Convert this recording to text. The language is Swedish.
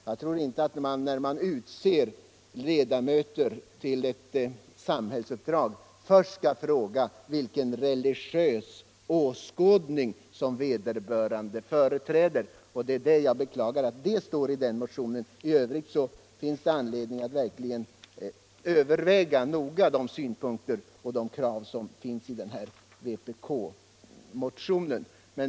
Jag tror inte att man när man utser någon till ett samhällsuppdrag först skall fråga vilken religiös åskådning vederbörande företräder. Jag beklagar därför att det står så i motionen. I övrigt finns det verkligen anledning att noga överväga de synpunkter och krav som finns i vpk-motionen.